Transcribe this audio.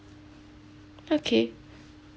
okay